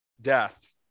death